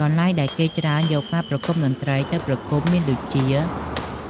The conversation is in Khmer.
កន្លែងដែលគេច្រើនយកការប្រគុំតន្ត្រីទៅប្រគុំមានដូចជា